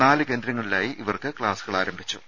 നാല് കേന്ദ്രങ്ങളിലായി ഇവർക്ക് ക്ലാസുകൾ ആരംഭിച്ചു